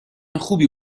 خوبی